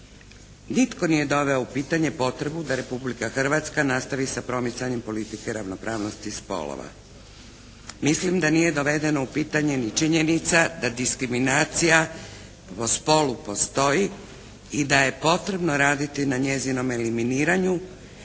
Nitko nije doveo u pitanje potrebu da Republika Hrvatska nastavi sa promicanjem politike ravnopravnosti spolova. Mislim da nije dovedeno u pitanje ni činjenica da diskriminacija po spolu postoji i da je potrebno raditi na njezinom eliminiranju